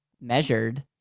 measured